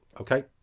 okay